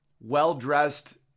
well-dressed